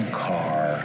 car